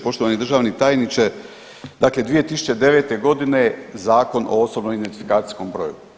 Poštovani državni tajniče, dakle 2009. godine Zakon o osobnom identifikacijskom broju.